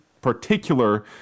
particular